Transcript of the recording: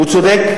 והוא צודק,